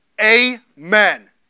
Amen